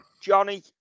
Johnny